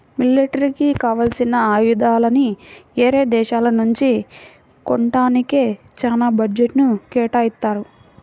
మిలిటరీకి కావాల్సిన ఆయుధాలని యేరే దేశాల నుంచి కొంటానికే చానా బడ్జెట్ను కేటాయిత్తారు